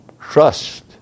trust